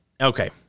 okay